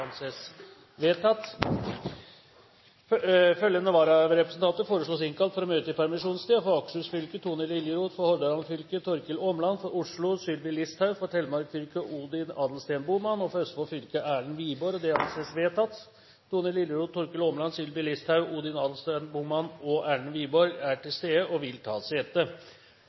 Følgende vararepresentanter innkalles for å møte i permisjonstiden: For Akershus fylke: Tone LiljerothFor Hordaland fylke: Torkil ÅmlandFor Oslo: Sylvi ListhaugFor Telemark fylke: Odin Adelsten BohmannFor Østfold fylke: Erlend Wiborg Tone Liljeroth, Torkil Åmland, Sylvi Listhaug, Odin Adelsten Bohmann og Erlend Wiborg er til stede og vil ta sete.